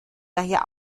daher